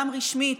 גם רשמית,